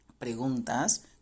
preguntas